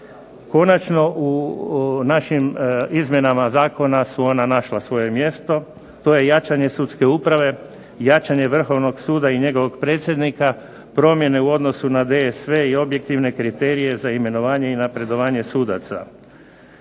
Konačno u našim izmjenama zakona su ona našla svoje mjesto, to je jačanje sudske uprave, jačanje Vrhovnog suda i njegovog predsjednika, promjene u odnosu na VSV i objektivne kriterije za imenovanje i napredovanje sudaca.